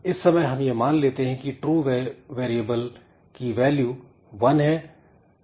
इस समय हम यह मान लेते हैं की true वेरिएबल की वैल्यू 1 है